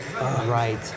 Right